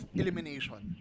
elimination